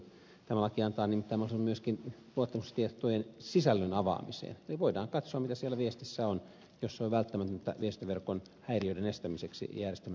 tämä laki antaa nimittäin mahdollisuuden myöskin luottamuksellisten tietojen sisällön avaamiseen eli voidaan katsoa mitä siellä viestissä on jos se on välttämätöntä viestintäverkon häiriöiden estämiseksi ja järjestelmän ylläpitämiseksi